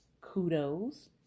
kudos